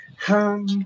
Hum